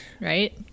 Right